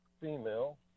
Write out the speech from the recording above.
female